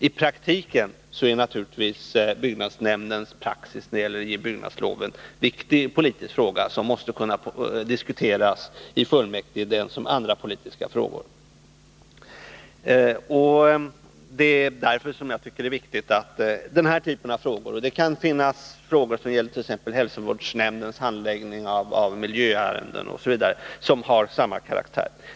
I själva verket är naturligtvis byggnadsnämndens praxis för beviljande av byggnadslov en viktig politisk fråga, som liksom andra politiska angelägenheter måste kunna få diskuteras i kommunfullmäktige. Det är därför som jag tycker att det är viktigt att denna typ av frågor — och det kan också gälla andra frågor som har samma karaktär, t.ex. hälsovårdsnämnds handläggning av miljöärenden — kan diskuteras i kommunfullmäktige.